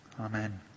Amen